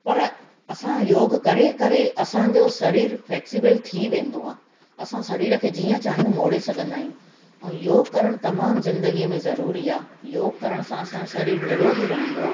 पर असां योॻु करे करे असांजो सरीर फ्लेक्सिबल थी वेंदो आहे असां सरीरु खे जीअं चाहियूं मोड़े सघंदा आहियूं ऐं योॻु करणु तमामु ज़िदगीअ में ज़रूरी आहे योॻु करण सां असांजो सरीर निरोगी रहंदो आहे